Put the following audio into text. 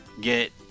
get